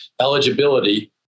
eligibility